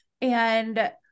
and-